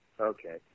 Okay